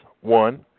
one